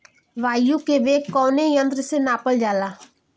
वायु क वेग कवने यंत्र से नापल जाला?